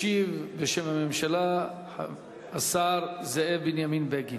ישיב בשם הממשלה השר זאב בנימין בגין.